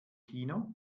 kino